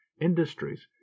industries